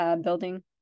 building